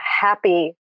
happy